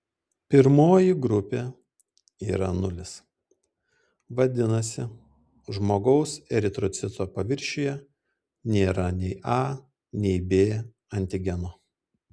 pirmoji grupė yra nulis vadinasi žmogaus eritrocito paviršiuje nėra nei a nei b antigeno